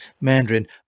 Mandarin